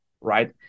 right